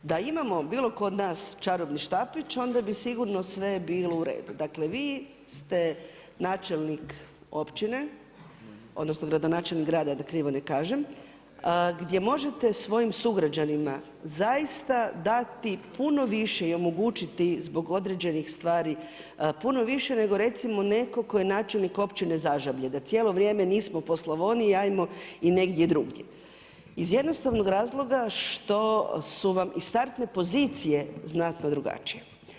Da imamo bilo tko od nas čarobni štapić onda bi sigurno sve bilo uredu, dakle vi ste načelnik općine odnosno gradonačelnik grada da krivo ne kažem gdje možete svojim sugrađanima zaista dati puno više i omogućiti zbog određenih stvari puno više nego recimo neko ko je načelnik Općine Zažablje da cijelo vrijeme nismo po Slavoniji ajmo i negdje drugdje iz jednostavnog razloga što su vam iz startne pozicije znatno drugačije.